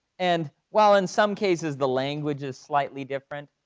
and, well, in some cases, the language is slightly different,